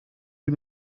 wie